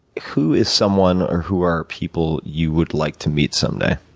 who is someone, or who are people, you would like to meet someday?